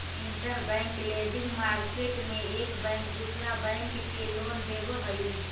interbank lending market में एक bank दूसरा बैंक के लोन देवऽ हई